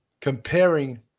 comparing